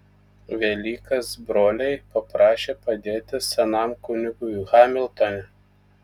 velykas broliai paprašė padėti senam kunigui hamiltone